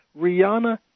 Rihanna